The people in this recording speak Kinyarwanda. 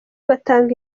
batanga